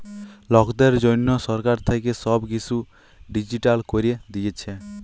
লকদের জনহ সরকার থাক্যে সব কিসু ডিজিটাল ক্যরে দিয়েসে